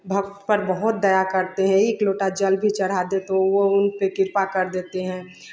भक्त पर बहुत दया करते हैं एक लोटा जल भी चढ़ा दे तो वह उन पर कृपा कर देते हैं